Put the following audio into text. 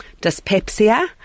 dyspepsia